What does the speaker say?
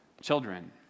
children